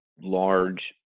large